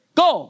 go